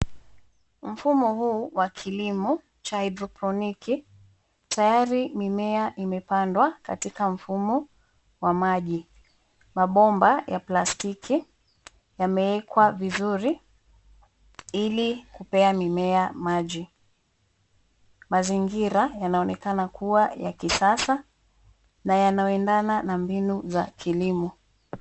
Mfumo huu wa kilimo, cha hydroponiki, tayari mimea imepandwa katika mfumo, wa maji. Mabomba ya plastiki, yameekwa vizuri, ili, kupea mimea maji. Mazingira yanaonekana kuwa ya kisasa, na yanayo endana na mbinu za kilimo.